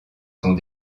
sont